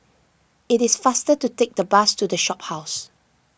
it is faster to take the bus to the Shophouse